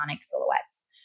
silhouettes